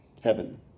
heaven